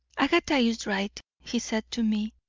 agatha is right he said to me.